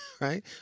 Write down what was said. right